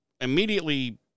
immediately